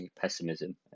pessimism